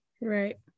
Right